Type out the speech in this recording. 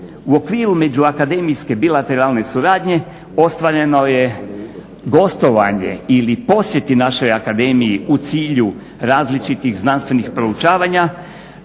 U okviru međuakademijske bilateralne suradnje ostvareno je gostovanje ili posjeti našoj akademiji u cilju različitih znanstvenih proučavanja